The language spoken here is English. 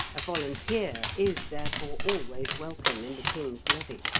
a volunteer is, therefore, always welcome in the king's levy.